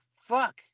fuck